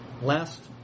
last